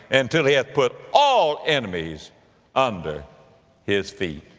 until he hath put all enemies under his feet.